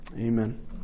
Amen